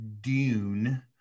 Dune